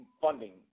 funding